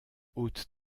haute